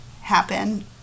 happen